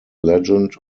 legend